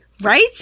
Right